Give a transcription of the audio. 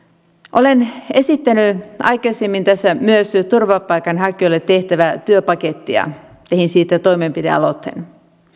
olen esittänyt aikaisemmin tässä myös turvapaikanhakijoille tehtävää työpakettia tein siitä toimenpidealoitteen